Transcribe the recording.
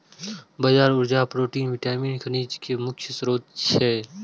बाजरा ऊर्जा, protein, vitamin, खनिज के मुख्य स्रोत छियै